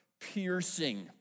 piercing